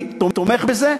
אני תומך בזה.